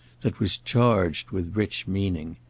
that was charged with rich meaning.